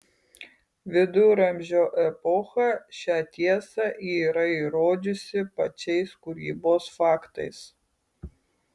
viduramžio epocha šią tiesą yra įrodžiusi pačiais kūrybos faktais